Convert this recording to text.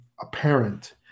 apparent